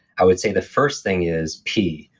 i would say the first thing is p,